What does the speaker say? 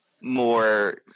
more